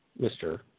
Mr